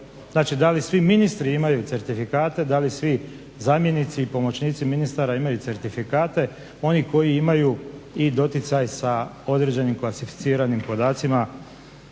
imati. Da li svi ministri imaju certifikate, da li svi zamjenici i pomoćnici ministara imaju certifikate, oni koji imaju i doticaj sa određenim klasificiranim podacima,